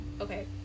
okay